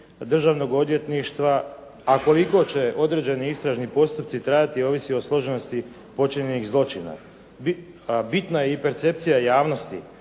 Državnog odvjetništva a koliko će određeni istražni postupci trajati ovisi o složenosti počinjenih zločina. A bitna je i percepcija javnosti,